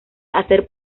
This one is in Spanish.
hacer